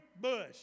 bush